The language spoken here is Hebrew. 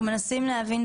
אנחנו מנסים להבין,